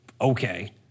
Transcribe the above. okay